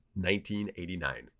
1989